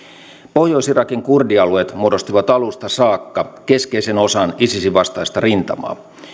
pohjois irakin kurdialueet muodostivat alusta saakka keskeisen osan isisin vastaista rintamaa